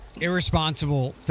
irresponsible